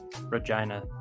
Regina